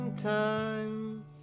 Time